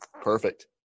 Perfect